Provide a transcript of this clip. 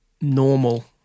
normal